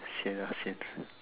sian ah sian